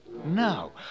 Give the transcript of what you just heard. No